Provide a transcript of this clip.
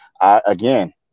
again